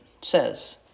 says